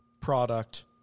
product